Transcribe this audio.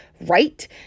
right